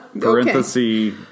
Parenthesis